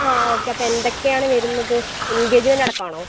ആ ഓക്കെ അപ്പോൾ എന്തൊക്കെയാണ് വരുന്നത് എൻഗേജ്മെൻറ്റ് അടക്കമാണോ